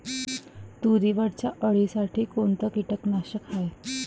तुरीवरच्या अळीसाठी कोनतं कीटकनाशक हाये?